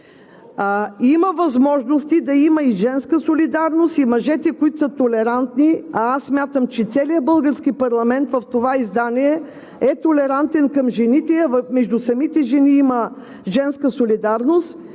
има възможности за женска солидарност, мъжете са толерантни, а аз смятам, че целият български парламент в това издание е толерантен към жените – между самите жени има женска солидарност,